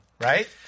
right